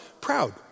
Proud